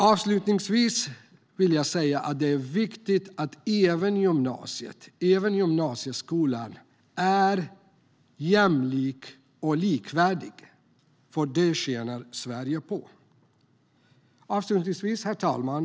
Avslutningsvis vill jag säga att det är viktigt att även gymnasieskolan är jämlik och likvärdig, för det tjänar Sverige på. Herr talman!